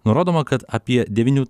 nurodoma kad apie devynių